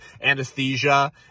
anesthesia